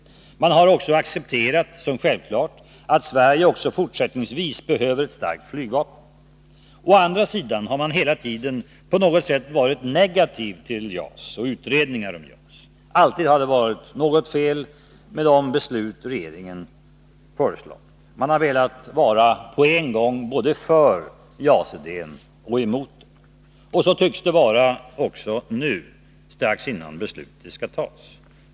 Man har också accepterat som självklart att Sverige också fortsättningsvis behöver ett starkt flygvapen. Å andra sidan har man hela tiden på något sätt varit negativ till JAS och utredningar om JAS. Alltid har det varit något fel med de beslut regeringen föreslagit. Man har velat vara på en gång både för och emot JAS-idén. Så tycks det vara också nu — strax före det beslut som skall fattas.